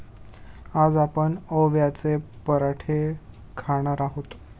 आज आपण ओव्याचे पराठे खाणार आहोत